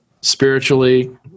Spiritually